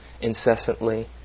incessantly